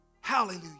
Hallelujah